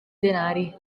denari